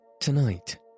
Tonight